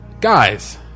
Guys